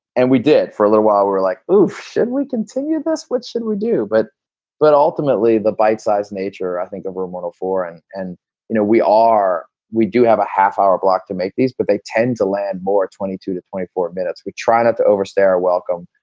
and we did for a little while. we were like, oh, should we continue this? what should we do? but but ultimately, the bite sized nature, i think a role model for and and you know we are we do have a half hour block to make these, but they tend to land more twenty two to twenty four minutes. we try not to overstay our welcome.